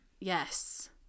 Yes